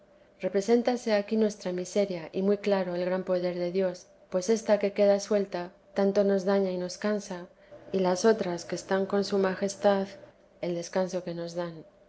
represéntase aquí nuestra miseria y muy claro el gran poder de dios pues ésta que queda suelta tanto nos daña y nos cansa y las otras que están con su majestad el descanso que nos dan